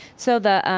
so the